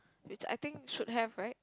which I think should have right